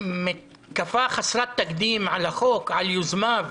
מתקפה חסרת תקדים על החוק, על יוזמיו,